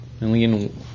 million